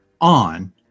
on